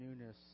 newness